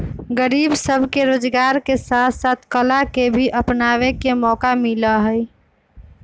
गरीब सब के रोजगार के साथ साथ कला के भी अपनावे के मौका मिला हई